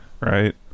right